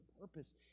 purpose